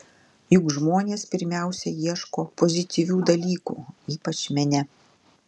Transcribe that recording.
juk žmonės pirmiausia ieško pozityvių dalykų ypač mene